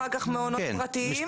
אחר כך מעונות פרטיים,